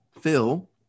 Phil